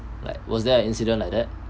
like was there a incident like that